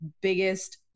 biggest